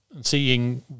Seeing